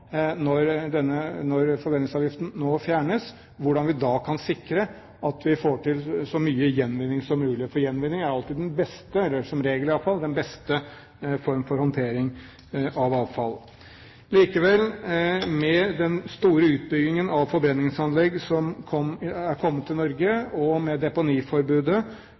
når forbrenningsavgiften nå fjernes – hvordan vi da kan sikre at vi får til så mye gjenvinning som mulig. For gjenvinning er alltid, eller iallfall som regel, den beste form for håndtering av avfall. Likevel, med den store utbyggingen av forbrenningsanlegg som er kommet til Norge, og med deponiforbudet,